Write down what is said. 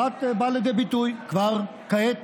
אחת באה לידי ביטוי כבר כעת